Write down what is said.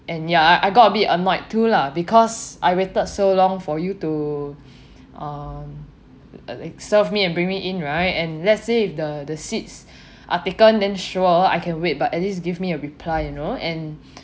and ya I I got a bit annoyed too lah because I waited so long for you to um like serve me and bring me in right and let's say if the the seats are taken then sure I can wait but at least give me a reply you know and